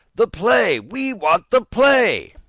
the play, we want the play!